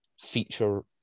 feature